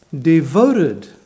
devoted